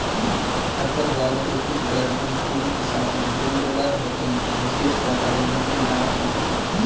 खरपतवारों के कुछ वर्ग अनुकूलन के साथ रूडरल होते है, विशेष वातावरणों में लाभ पहुंचाते हैं